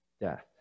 death